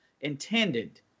intended